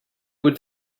would